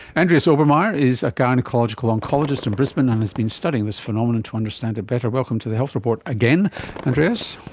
andreas obermair is a gynaecological oncologist in brisbane and um has been studying this phenomenon to understand it better. welcome to the health report again andreas.